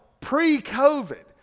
pre-covid